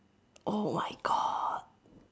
oh my god